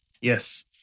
yes